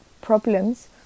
problems